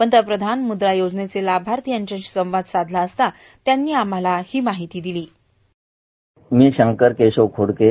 पंतप्रधान मुद्रा योजनेचे लाभार्थी यांच्याशी संवाद साधला असता त्यांनी आम्हाला ही माहिती दिली बाईट मी शंकर केशव खोडके